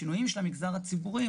השינויים שבכל זאת יש במגזר הציבורי הם